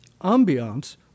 ambiance